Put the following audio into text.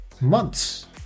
months